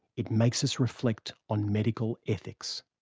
it makes us reflect on medical ethics.